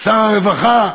שר הרווחה,